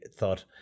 thought